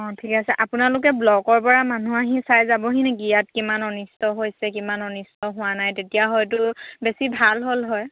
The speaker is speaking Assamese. অঁ ঠিক আছে আপোনালোকে ব্লকৰপৰা মানুহ আহি চাই যাবহি নেকি ইয়াত কিমান অনিষ্ট হৈছে কিমান অনিষ্ট হোৱা নাই তেতিয়া হয়তো বেছি ভাল হ'ল হয়